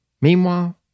Meanwhile